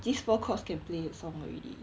these four chords can play song already